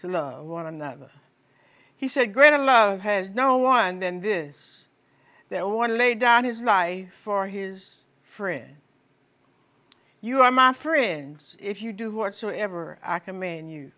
to love one another he said greater love has no one then this that i want to lay down his life for his friend you are my friends if you do what so ever i command you